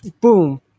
boom